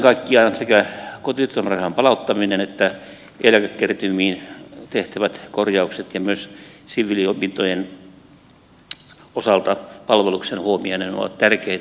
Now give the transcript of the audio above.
kaiken kaikkiaan sekä kotiuttamisrahan palauttaminen että eläkekertymiin tehtävät korjaukset ja myös siviiliopintojen osalta palveluksen huomioiminen ovat tärkeitä